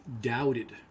doubted